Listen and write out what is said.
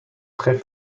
très